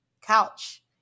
couch